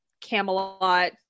Camelot